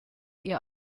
ihr